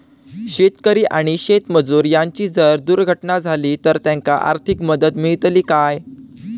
शेतकरी आणि शेतमजूर यांची जर दुर्घटना झाली तर त्यांका आर्थिक मदत मिळतली काय?